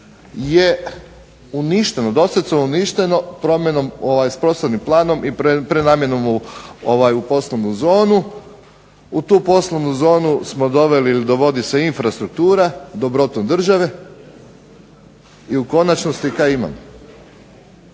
zemljišta je doslovce uništeno prostornim planom i prenamjenom u poslovnu zonu u tu poslovnu zonu dovodi se infrastruktura dobrotom države i u konačnosti kaj ima.